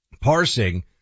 parsing